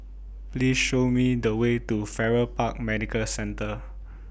Please Show Me The Way to Farrer Park Medical Centre